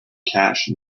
cache